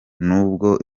nubwo